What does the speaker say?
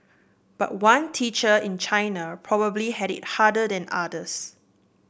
but one teacher in China probably had it harder than others